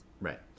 Right